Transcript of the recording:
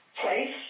place